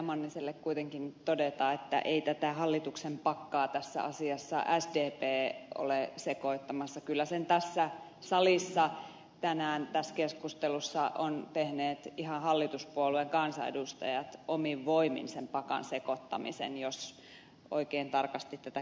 manniselle kuitenkin todeta että ei tätä hallituksen pakkaa tässä asiassa sdp ole sekoittamassa kyllä sen tässä salissa tänään tässä keskustelussa ovat tehneet ihan hallituspuolueiden kansanedustajat omin voimin sen pakan sekoittamisen jos oikein tarkasti tätä keskustelua on kuunnellut